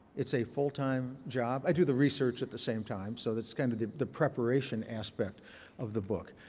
it's a full-time job. i do the research at the same time, so it's kind of the the preparation aspect of the book.